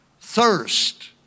Thirst